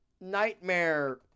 Nightmare